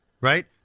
right